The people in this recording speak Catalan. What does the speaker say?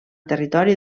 territori